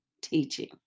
teaching